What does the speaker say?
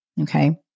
Okay